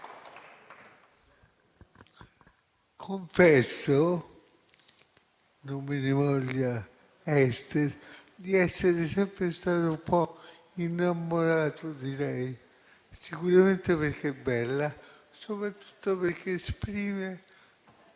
Confesso - non me ne voglia Ester - di essere sempre stato un po' innamorato di lei, sicuramente perché è bella e soprattutto perché esprime